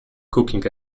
cooking